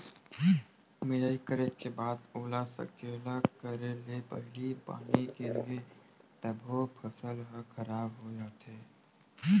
मिजई करे के बाद ओला सकेला करे ले पहिली पानी गिरगे तभो फसल ह खराब हो जाथे